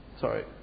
Sorry